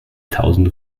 tausende